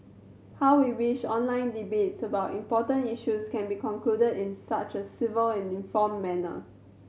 how we wish online debates about important issues can be concluded in such a civil and informed manner